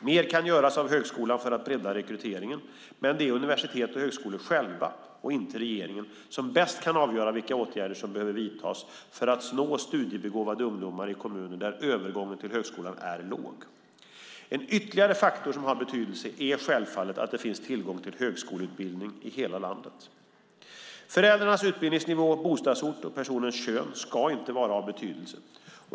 Mer kan göras av högskolan för att bredda rekryteringen, men det är universiteten och högskolorna själva, inte regeringen, som bäst kan avgöra vilka åtgärder som behöver vidtas för att nå studiebegåvade ungdomar i kommuner där övergången till högskolan är låg. En ytterligare faktor som har betydelse är självfallet att det finns tillgång till högskoleutbildning i hela landet. Föräldrarnas utbildningsnivå, bostadsort och personens kön ska inte vara av betydelse.